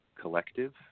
Collective